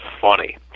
funny